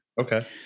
Okay